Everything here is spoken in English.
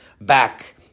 back